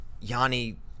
Yanni